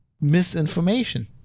misinformation